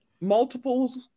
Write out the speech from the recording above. multiples